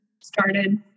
started